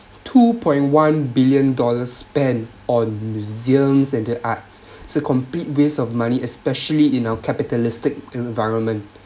two point one billion dollars spent on museums and into arts a complete waste of money especially in our capitalistic environment